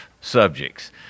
subjects